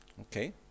Okay